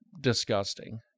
disgusting